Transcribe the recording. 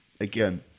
again